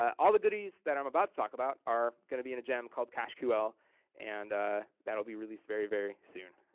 all the goodies that i'm about to talk about are gonna be in a gem called cacheql and that'll be released very, very soon,